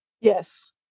yes